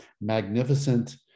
magnificent